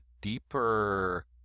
deeper